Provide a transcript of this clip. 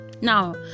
Now